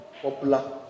popular